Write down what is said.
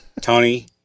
Tony